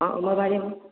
অ' মই পাৰিম